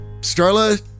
Starla